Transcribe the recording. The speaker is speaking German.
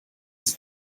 sie